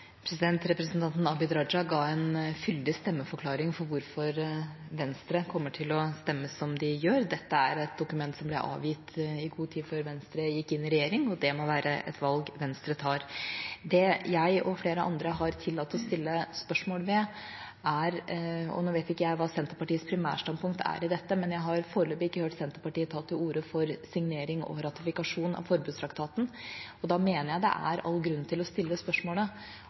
Representanten Abid Q. Raja ga en fyldig stemmeforklaring på hvorfor Venstre kommer til å stemme som de gjør. Dette er et dokument som ble avgitt i god tid før Venstre gikk inn i regjering. Det må være et valg Venstre tar. Nå vet ikke jeg hva Senterpartiets primærstandpunkt er i dette, men jeg har foreløpig ikke hørt Senterpartiet ta til orde for signering og ratifikasjon av forbudstraktaten. Da mener jeg det er all grunn til å stille